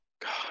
god